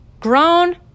Grown